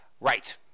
right